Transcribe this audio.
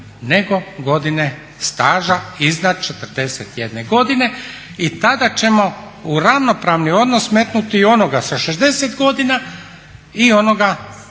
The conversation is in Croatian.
nego godine staža iznad 41 godine. I tada ćemo u ravnopravni odnos staviti i onoga sa 60. godina i onoga